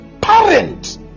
parent